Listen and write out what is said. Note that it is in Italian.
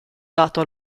dato